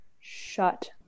Shut